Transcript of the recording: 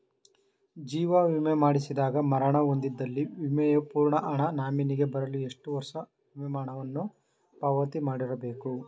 ಜೀವ ವಿಮಾ ಮಾಡಿಸಿದಾಗ ಮರಣ ಹೊಂದಿದ್ದಲ್ಲಿ ವಿಮೆಯ ಪೂರ್ಣ ಹಣ ನಾಮಿನಿಗೆ ಬರಲು ಎಷ್ಟು ವರ್ಷ ವಿಮೆ ಹಣವನ್ನು ಪಾವತಿ ಮಾಡಿರಬೇಕು?